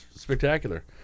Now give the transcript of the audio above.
Spectacular